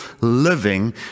living